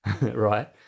right